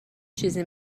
چیزی